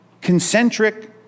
concentric